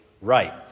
right